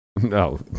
No